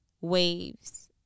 Waves